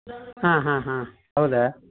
ಹಾಂ ಹಾಂ ಹಾಂ ಹೌದಾ